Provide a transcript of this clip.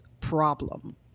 problem